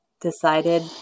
decided